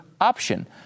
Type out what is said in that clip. option